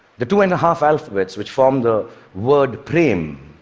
the two and a half alphabets which form the word prem,